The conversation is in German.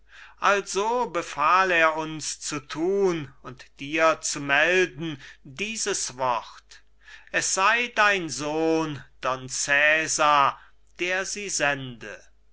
gebieterin also befahl er uns zu thun und dir zu melden dieses wort es sei dein sohn don cesar der sie sendet